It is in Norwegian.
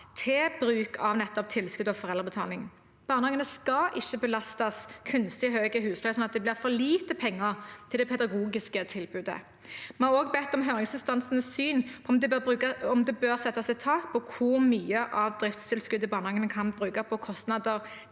20. mar. – Referat 2913 taling. Barnehagene skal ikke belastes kunstig høye huslån sånn at det blir for lite penger til det pedagogiske tilbudet. Vi har også bedt om høringsinstansenes syn på om det bør settes et tak på hvor mye av driftstilskuddet barnehagene kan bruke på kostnader